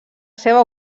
seva